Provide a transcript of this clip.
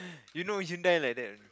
you know Hyundai like that